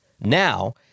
Now